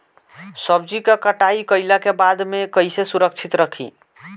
सब्जी क कटाई कईला के बाद में कईसे सुरक्षित रखीं?